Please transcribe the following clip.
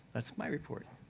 that's my report.